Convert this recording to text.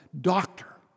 doctor